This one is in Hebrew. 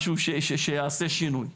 משהו שיעשה שינוי.